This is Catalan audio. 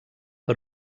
per